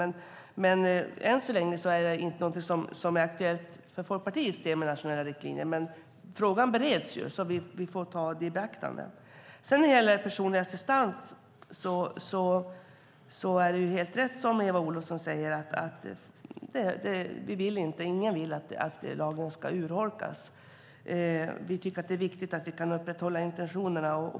Än så länge är inte nationella riktlinjer något som är aktuellt för Folkpartiets del, men frågan bereds så vi får ta det i beaktande. När det gäller personlig assistans är det helt rätt som Eva Olofsson säger, att ingen vill att lagen ska urholkas. Vi tycker att det är viktigt att vi kan upprätthålla intentionerna.